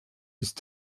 ist